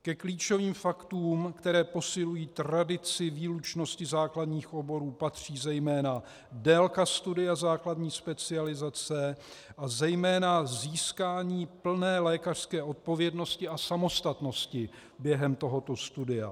Ke klíčovým faktům, které posilují tradici výlučnosti základních oborů, patří zejména délka studia základní specializace a zejména získání plné lékařské odpovědnosti a samostatnosti během tohoto studia.